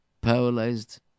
paralyzed